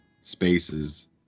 spaces